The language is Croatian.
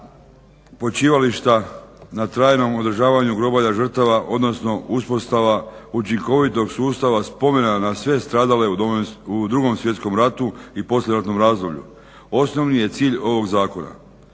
počivališta na trajnom održavanju groblja žrtava, odnosno uspostava učinkovitog sustava spomena na sve stradale u 2. svjetskom ratu i poslijeratnom razdoblju osnovni je cilj ovog zakona.